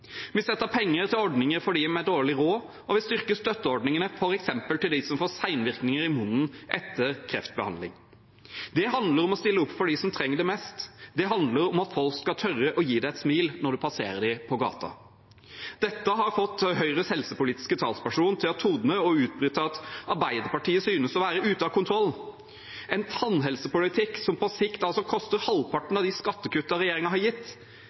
Vi setter av penger til ordninger for dem med dårlig råd, og vi styrker støtteordningene, f.eks. til dem som får senvirkninger i munnen etter kreftbehandling. Det handler om å stille opp for dem som trenger det mest, det handler om at folk skal tørre å gi deg et smil når du passerer dem på gaten. Dette har fått Høyres helsepolitiske talsperson til å tordne og utbryte at Arbeiderpartiet synes å være ute av kontroll. En tannhelsepolitikk som på sikt koster halvparten av de skattekuttene regjeringen har gitt,